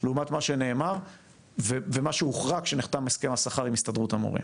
לעומת מה שנאמר ומה שהוחרג כשנחתם הסכם השכר עם הסתדרות המורים,